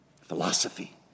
Philosophy